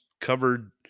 covered